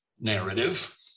narrative